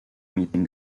meeting